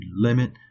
limit